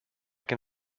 can